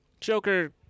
Joker